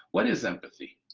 what is empathy?